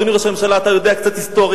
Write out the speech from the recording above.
אדוני ראש הממשלה, אתה יודע קצת היסטוריה.